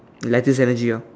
lattice energy ah